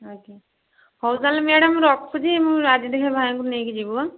ଆଜ୍ଞା ହଉ ତା'ହେଲେ ମ୍ୟାଡ଼ାମ୍ ରଖୁଛି ମୁଁ ଆଜି ଦେଖିବା ଭାଇଙ୍କୁ ନେଇକି ଯିବୁ ହାଁ